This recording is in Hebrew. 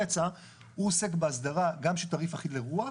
הוא עוסק בהסדרה גם של תעריף אחיד לרוח